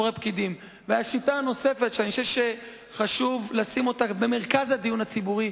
השיטה הנוספת שאני חושב שחשוב לשים אותה במרכז הדיון הציבורי,